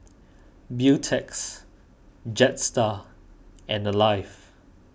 Beautex Jetstar and Alive